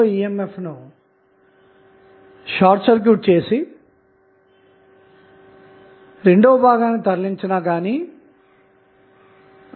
అందుకోసం మనం Thevenin equivalent ను ఆచరిద్దాము ఎందుకంటె నెట్వర్క్ ని గనక మనం వీక్షిస్తే అందులో బహుళమైన సోర్స్ లు మరియు అంశాలు కలిగి ఉంటాయి